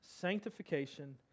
sanctification